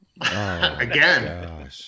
Again